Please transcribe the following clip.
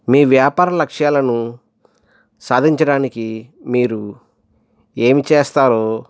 మీ వ్యాపార లక్ష్యాలను సాధించడానికి మీరు ఏమి చేస్తారో